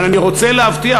אבל אני רוצה להבטיח